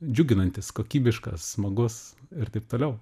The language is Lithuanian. džiuginantis kokybiškas smagus ir taip toliau